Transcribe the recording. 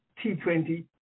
T20